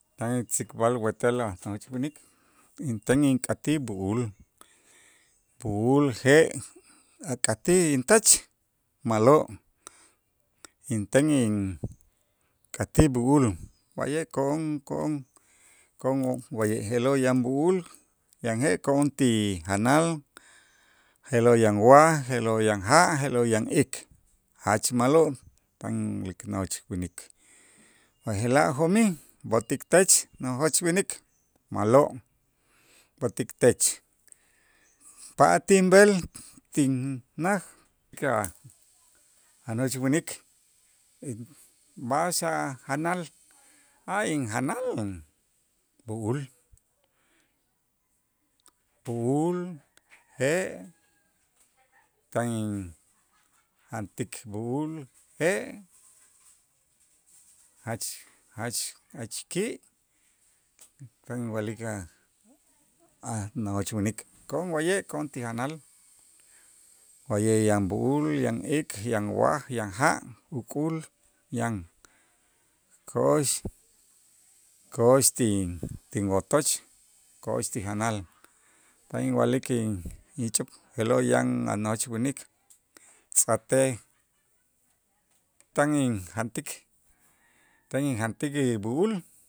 Tan intzikb'al wetel a' nojoch winik inten ink'atij b'u'ul b'u'ul je' ak'atij intech ma'lo', inten ink'atij b'u'ul wa'ye' ko'on ko'on ko'on wa'ye' je'lo' yan b'u'ul yan je' ko'on ti janal je'lo' yan waj, je'lo' yan ja', je'lo' yan ik jach ma'lo' tan inwilik nojoch winik, b'aje'laj jo'mij b'o'tik tech nojoch winik ma'lo', b'o'tik tech patij inb'el tinnaj que a' nojoch winik b'a'ax a' janal a injanal b'u'ul b'u'ul, je' tan injantik b'u'ul je' jach jach jach ki' tan inwa'lik a' a' nojoch winik ko'on wa'ye' ko'on ti janal wa'ye' yan b'u'ul, yan ik. yan waj, yan ja' uk'ul yan, ko'ox ko'ox ti- tinwotoch ko'ox ti janal tan inwa'lik in- inch'up je'lo' yan a' nojoch winik tz'ajtej tan injantik tan injantik b'u'ul